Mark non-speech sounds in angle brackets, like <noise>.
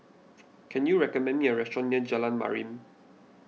<noise> can you recommend me a restaurant near Jalan Mariam